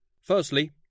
Firstly